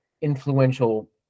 influential